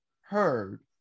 heard